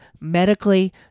medically